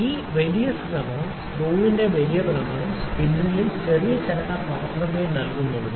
ഈ വലിയ ഭ്രമണം സ്ക്രൂവിന്റെ വലിയ ഭ്രമണം സ്പിൻഡിൽ ചെറിയ ചലനം മാത്രമേ നൽകുന്നുള്ളൂ